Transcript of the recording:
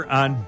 on